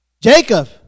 Jacob